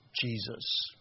Jesus